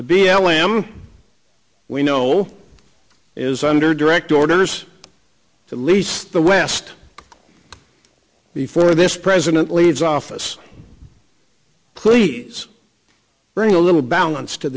the b l m we know is under direct orders to lease the west before this president leaves office please bring a little balance to